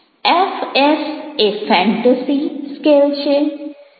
FS એ fantasy કાલ્પનિક scale છે